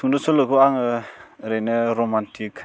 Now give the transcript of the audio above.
सुंद सल'खौ आङो ओरैनो र'मान्टिक